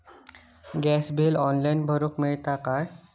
Gas bill online भरुक मिळता काय?